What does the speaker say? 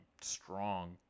strong